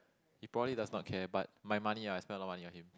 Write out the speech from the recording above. he probably does not care but my money ah I spend a lot of money on him